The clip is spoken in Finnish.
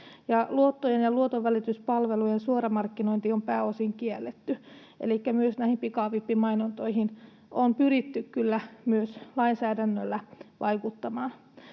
luottojen ja luotonvälityspalvelujen suoramarkkinointi on pääosin kielletty”, elikkä myös näihin pikavippimainontoihin on pyritty kyllä myös lainsäädännöllä vaikuttamaan.